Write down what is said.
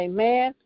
Amen